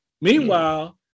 Meanwhile